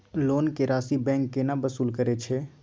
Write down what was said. Loan के राशि bank केना वसूल करे छै?